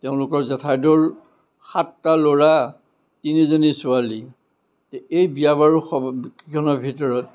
তেওঁলোকৰ জেঠাইদেউৰ সাতটা ল'ৰা তিনিজনী ছোৱালী এই বিয়া বাৰু কিখনৰ ভিতৰত